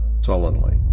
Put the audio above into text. sullenly